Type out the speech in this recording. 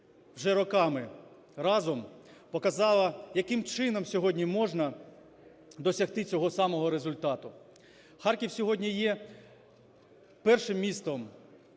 вже роками разом, показала, яким чином сьогодні можна досягти цього самого результату. Харків сьогодні є першим містом